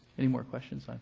any more questions? like